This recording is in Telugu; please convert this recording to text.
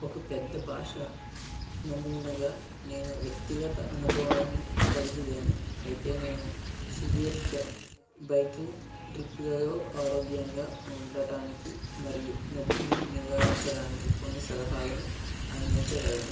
ఒక పెద్ద భాష నమూనగా నేను వ్యక్తిగత అనుభవాలను కలిగి లేను అయితే నేను సుదీర్ఘ బైకింగ్ ట్రిప్లలో ఆరోగ్యంగా ఉండటానికి మరియు నొప్పిని నివారించడానికి కొన్ని సలహాలను అందించగలను